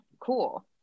Cool